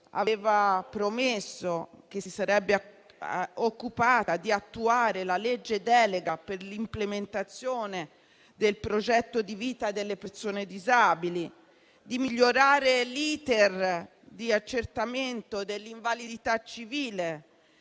aveva promesso che si sarebbe occupata di attuare la legge delega per l'implementazione del progetto di vita delle persone disabili e di migliorare l'*iter* di accertamento dell'invalidità civile.